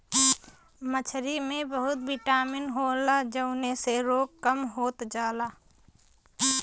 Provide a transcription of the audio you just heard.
मछरी में बहुत बिटामिन होला जउने से रोग कम होत जाला